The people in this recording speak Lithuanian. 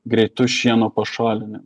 greitu šieno pašalinimu